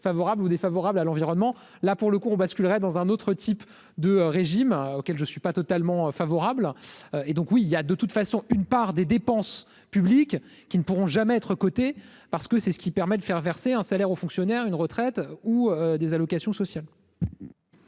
favorables ou défavorables à l'environnement, là pour le coup on basculerait dans un autre type de régime auquel je suis pas totalement favorable et donc oui, il y a de toute façon une part des dépenses publiques qui ne pourront jamais être côté parce que c'est ce qui permet de faire verser un salaire aux fonctionnaires une retraite ou des allocations sociales.